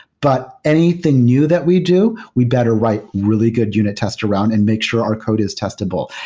but anything new that we do, we better write really good unit tests around and make sure our code is testable.